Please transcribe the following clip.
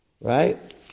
Right